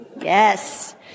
yes